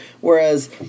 whereas